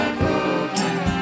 broken